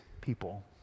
people